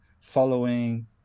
following